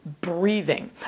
breathing